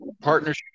partnership